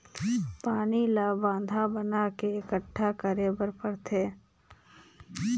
पानी ल बांधा बना के एकटठा करे बर परथे